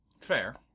Fair